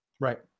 Right